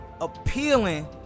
appealing